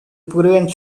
prevent